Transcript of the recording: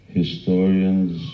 historians